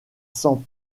sans